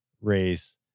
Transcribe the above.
race